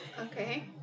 Okay